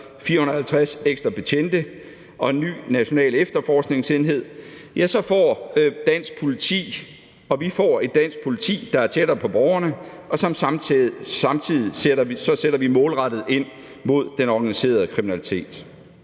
450 ekstra betjente og en ny national efterforskningsenhed får vi et dansk politi, der er tættere på borgerne, og samtidig sætter vi målrettet ind mod den organiserede kriminalitet.